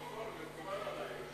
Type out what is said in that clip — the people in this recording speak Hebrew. מקובל עלי.